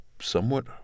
somewhat